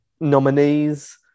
nominees